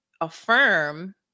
affirm